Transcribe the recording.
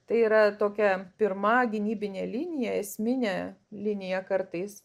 tai yra tokia pirma gynybinė linija esminė linija kartais